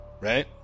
right